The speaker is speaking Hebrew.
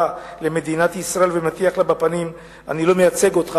אתה בא למדינת ישראל ומטיח לה בפנים: אני לא מייצג אותך,